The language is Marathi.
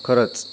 खरंच